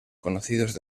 conocidos